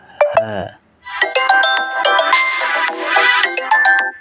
ਹੈ